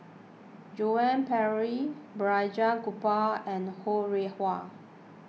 Joan Pereira Balraj Gopal and Ho Rih Hwa